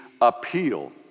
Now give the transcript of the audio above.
appeal